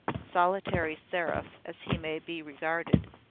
solitary seraph, as he may be regarded,